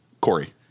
Corey